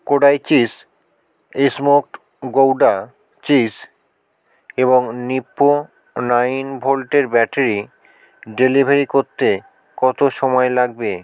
Kodai cheese smoked gouda cheese এবং Nippo nine ভোল্টের battery delivery করতে কতো সময় লাগবে